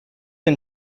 and